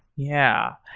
yeah.